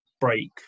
break